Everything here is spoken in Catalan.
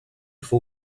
fou